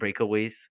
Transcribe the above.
breakaways